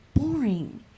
boring